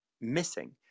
missing